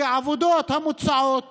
כי העבודות המוצעות